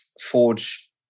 forge